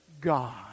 God